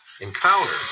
encounter